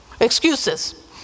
Excuses